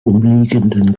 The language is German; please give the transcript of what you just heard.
umliegenden